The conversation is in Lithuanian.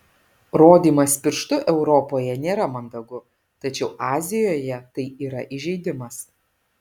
rodymas pirštu europoje nėra mandagu tačiau azijoje tai yra įžeidimas